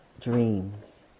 dreams